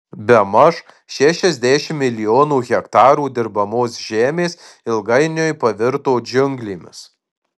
bemaž šešiasdešimt milijonų hektarų dirbamos žemės ilgainiui pavirto džiunglėmis